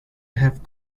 have